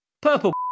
purple